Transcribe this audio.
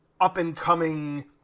up-and-coming